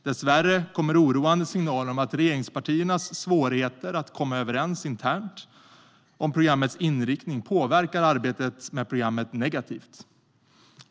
Dessvärre kommer oroande signaler om att regeringspartiernas svårigheter att komma överens internt om programmets inriktning påverkar arbetet med programmet negativt.